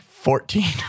Fourteen